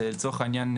ולצורך העניין,